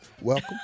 welcome